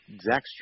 Zach